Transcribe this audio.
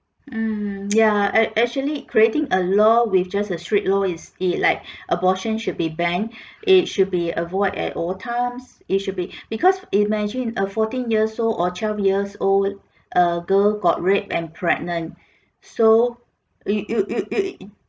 mm ya act~ actually creating a law with just a strict law is it like abortion should be banned it should be avoid at all times it should be because imagine a fourteen years old or twelve years old err girl got raped and pregnant so you you you